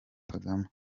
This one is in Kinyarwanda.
kagame